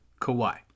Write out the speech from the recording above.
Kawhi